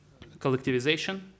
collectivization